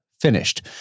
finished